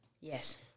Yes